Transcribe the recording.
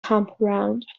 campground